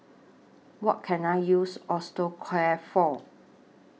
What Can I use Osteocare For